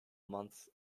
months